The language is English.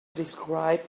describe